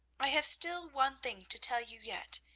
i have still one thing to tell you yet,